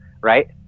right